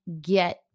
get